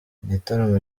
igitaramo